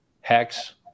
Hex